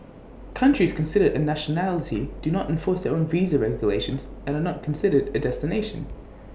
countries considered A nationality do not enforce their own visa regulations and are not considered A destination